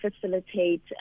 facilitate